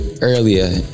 earlier